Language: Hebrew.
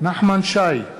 נחמן שי,